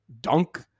dunk